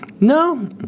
No